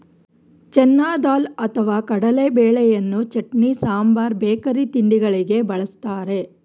ಚೆನ್ನ ದಾಲ್ ಅಥವಾ ಕಡಲೆಬೇಳೆಯನ್ನು ಚಟ್ನಿ, ಸಾಂಬಾರ್ ಬೇಕರಿ ತಿಂಡಿಗಳಿಗೆ ಬಳ್ಸತ್ತರೆ